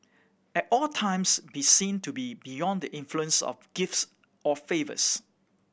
at all times be seen to be beyond the influence of gifts or favours